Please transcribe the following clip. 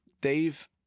dave